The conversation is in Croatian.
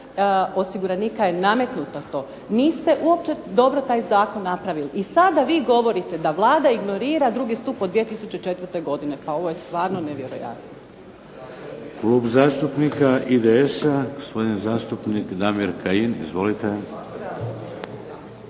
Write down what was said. osiguranika je nametnuto to. Niste uopće taj zakon dobro napravili. I sada vi govorite da Vlada ignorira drugi stup od 2004. godine, pa ovo je stvarno nevjerojatno.